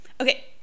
Okay